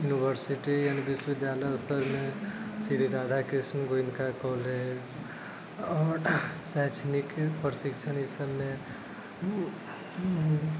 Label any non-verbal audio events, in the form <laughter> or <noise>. university यानि विश्वविद्यालय स्तरमे श्री राधाकृष्ण गोयनका कॉलेज आओर शैक्षणिक प्रशिक्षण ई सभमे <unintelligible>